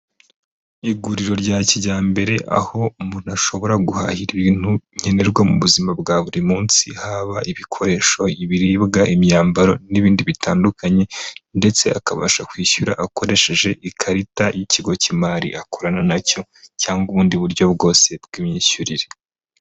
Iguriro rya kijyambere aho umuntu ashobora guhahira ibintu nkenerwa mu buzima bwa buri munsi, haba ibikoresho, ibiribwa, imyambaro n'ibindi bitandukanye ndetse akabasha kwishyura akoresheje ikarita y'ikigo cy'imari akorana na cyo cyangwa ubundi buryo bwose bw'imyishyurire.